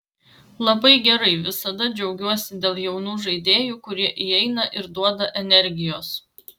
labai gerai visada džiaugiuosi dėl jaunų žaidėjų kurie įeina ir duoda energijos